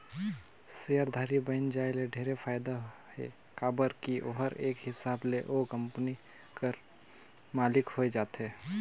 सेयरधारी बइन जाये ले ढेरे फायदा हे काबर की ओहर एक हिसाब ले ओ कंपनी कर मालिक होए जाथे